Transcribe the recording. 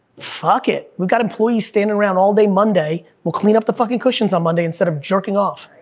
fuck it, we got employees standing around all day monday, we'll clean up the fucking cushions on monday, instead of jerking off.